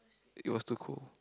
it was too cold